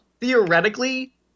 theoretically